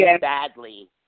badly